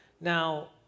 Now